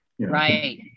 right